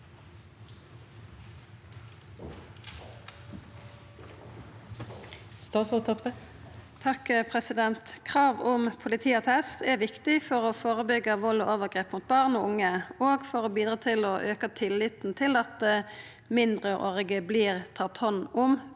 Toppe Krav om politi- attest er viktig for å førebyggja vald og overgrep mot barn og unge og for å bidra til å auka tilliten til at mindreårige vert tatt hand om